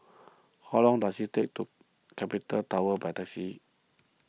how long does it take to get to Capital Tower by taxi